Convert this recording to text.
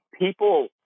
People